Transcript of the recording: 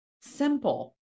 simple